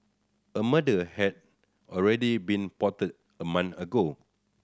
a murder had already been plotted a month ago